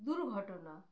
দুর্ঘটনা